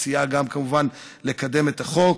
וסייעה גם לקדם את החוק.